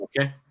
okay